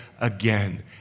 again